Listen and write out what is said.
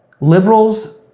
Liberals